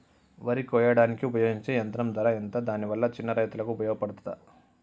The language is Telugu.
వరి కొయ్యడానికి ఉపయోగించే యంత్రం ధర ఎంత దాని వల్ల చిన్న రైతులకు ఉపయోగపడుతదా?